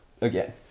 again